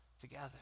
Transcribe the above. together